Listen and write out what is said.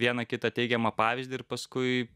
vieną kitą teigiamą pavyzdį ir paskui